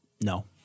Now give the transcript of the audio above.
No